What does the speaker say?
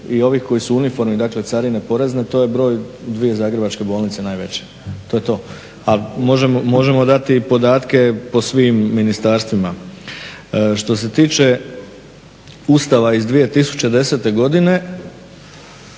i ovih koji su u uniformi, dakle carine, porezne, to je broj 2 zagrebačke bolnice najveće. To je to. A možemo dati podatke po svim ministarstvima. Što se tiče Ustava iz 2010. godine,